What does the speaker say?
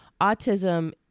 autism